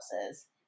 houses